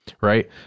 Right